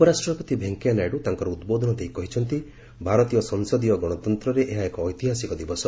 ଉପରାଷ୍ଟ୍ରପତି ଭେଙ୍କୟା ନାଇଡୁ ତାଙ୍କର ଉଦ୍ବୋଧନ ଦେଇ କହିଛନ୍ତି ଭାରତୀୟ ସଂସଦୀୟ ଗଣତନ୍ତରେ ଏହା ଏକ ଐତିହାସିକ ଦିବସ